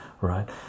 right